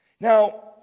Now